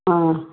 ஆ